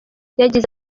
yagize